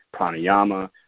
pranayama